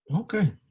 okay